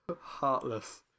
Heartless